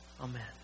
Amen